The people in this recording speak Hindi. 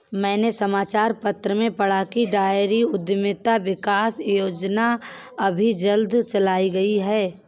मैंने समाचार पत्र में पढ़ा की डेयरी उधमिता विकास योजना अभी जल्दी चलाई गई है